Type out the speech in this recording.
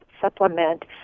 supplement